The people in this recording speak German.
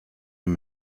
dem